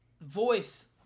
voice